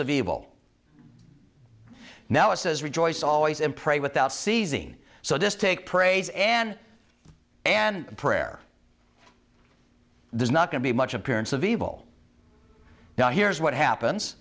of evil now assess rejoice always and pray without ceasing so just take praise and and prayer there's not going to be much appearance of evil now here's what happens